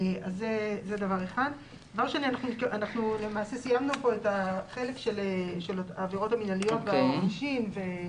אנחנו למעשה סיימנו כאן את החלק של העבירות המינהליות והעונשין.